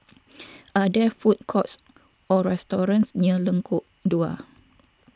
are there food courts or restaurants near Lengkok Dua